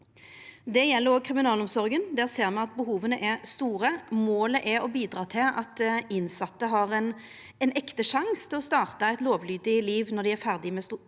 Det gjeld òg kriminalomsorga. Der ser ein at behova er store. Målet er å bidra til at innsette har ein ekte sjanse til å starta eit lovlydig liv når dei er ferdige med soninga